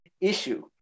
issue